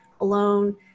alone